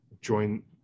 join